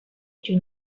you